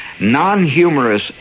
non-humorous